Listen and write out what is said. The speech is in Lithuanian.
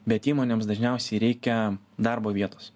bet įmonėms dažniausiai reikia darbo vietos